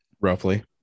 roughly